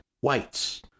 whites